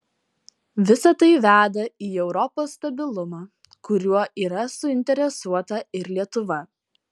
visa tai veda į europos stabilumą kuriuo yra suinteresuota ir lietuva